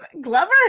Glover